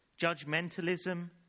judgmentalism